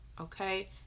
okay